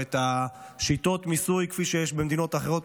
את שיטות המיסוי שיש במדינות אחרות,